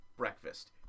breakfast